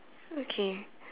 okay